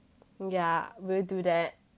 yeah will do that